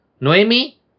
Noemi